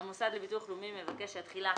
--- המוסד לביטוח לאומי מבקש שהתחילה